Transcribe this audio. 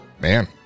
Man